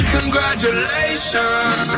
Congratulations